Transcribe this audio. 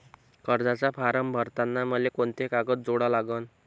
कर्जाचा फारम भरताना मले कोंते कागद जोडा लागन?